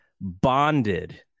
Bonded